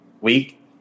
week